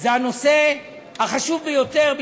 זה הנושא החשוב ביותר,